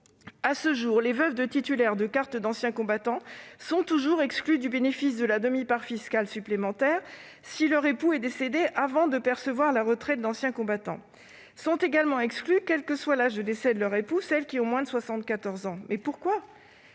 À ce jour, les veuves de titulaire d'une carte d'ancien combattant sont toujours exclues du bénéfice de la demi-part fiscale supplémentaire, si leur époux est décédé avant de percevoir la retraite d'ancien combattant. Sont également exclues, quel que soit l'âge de décès de leur époux, celles qui ont moins de 74 ans. Pourquoi ?